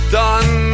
done